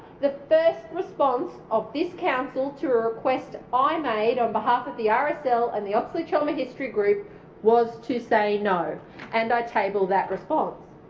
the first response of this council to a request i made on behalf of the ah rsl and the oxley-chelmer history group was to say no and i table that response.